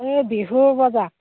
এই বিহুৰ বজাৰ